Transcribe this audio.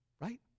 right